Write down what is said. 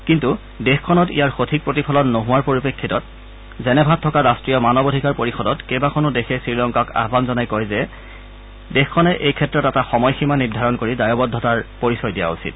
কিন্তু দেশখনত ইয়াৰ সঠিক প্ৰতিফলন নোহোৱাৰ পৰিপ্ৰেক্ষিতত জেনেভাত থকা ৰট্টীয় মানৱ অধিকাৰ পৰিষদত কেইবাখনো দেশে শ্ৰীলংকাক আহ্বান জনাই কয় যে দেশখনে এই ক্ষেত্ৰত এটা সময়সীমা নিৰ্ধাৰণ কৰি দায়বদ্ধতাৰ পৰিচয় দিয়া উচিত